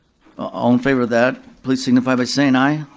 all in favor of that please signify by saying aye.